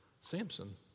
Samson